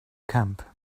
camp